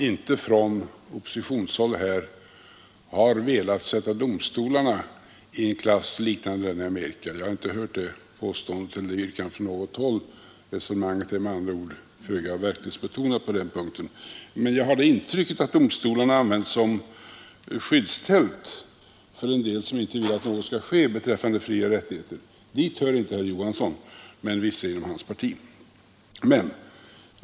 Och från oppositionens sida har väl ingen velat sätta domstolarna i samma klass som man gör i Amerika. Jag har inte hört ett sådant yrkande från något håll. Resonemanget är med andra ord föga verklighetsbetonat på den punkten. Men jag har intrycket att domstolarna används som skyddsfält för en del som inte vill att något skall ske när det gäller frioch rättigheter. Dit hör inte herr Johansson men vissa andra inom hans parti.